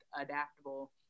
adaptable